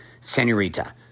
senorita